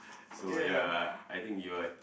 so ya I think you are